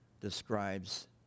describes